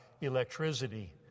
electricity